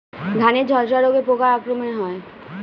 ধানের ঝলসা রোগ পোকার আক্রমণে হয়?